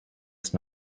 ist